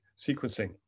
sequencing